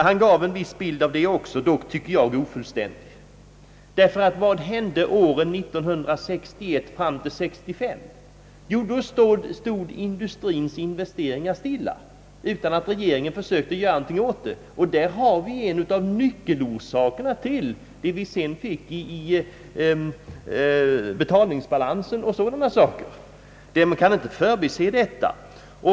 Han gav en viss bild av dem, dock en ofullständig bild. Vad hände under åren från 1961 fram till 1965? Jo, då stod industrins investeringar stilla, utan att regeringen försökte göra någonting åt det. Där har vi en av nyckelorsakerna till de följder vi sedan fick i betalningsbalansen. Man kan inte förbise detta.